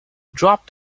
dropped